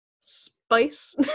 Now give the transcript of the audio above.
spice